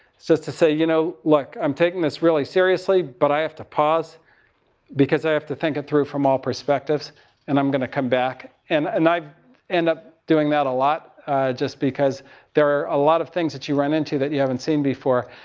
says to say, you know, look, i'm taking this really seriously but i have to pause because i have to think it through from all perspectives and i'm going to come back, and, and i end up doing that a lot just because there are a lot of things that you run into that you haven't seen before,